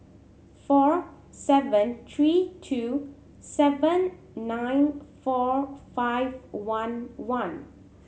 four seven three two seven nine four five one one